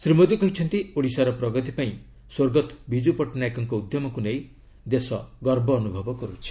ଶ୍ରୀ ମୋଦୀ କହିଛନ୍ତି ଓଡ଼ିଶାର ପ୍ରଗତି ପାଇଁ ସ୍ୱର୍ଗତ ବିଜ୍ଜୁ ପଟ୍ଟନାୟକଙ୍କ ଉଦ୍ୟମକୁ ନେଇ ଦେଶ ଗର୍ବ ଅନୁଭବ କରୁଛି